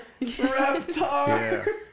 Reptar